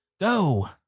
Go